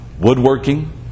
woodworking